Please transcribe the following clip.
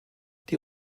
die